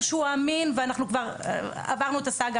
שהוא אמין ואנחנו כבר עברנו את הסאגה,